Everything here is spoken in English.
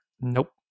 Nope